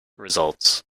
results